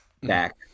back